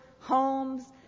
homes